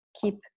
keep